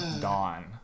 Dawn